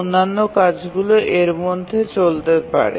অন্যান্য কাজগুলি সেক্ষেত্রে এর মধ্যে চলতে পারে